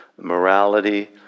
morality